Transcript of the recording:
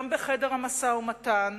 גם בחדר המשא-ומתן,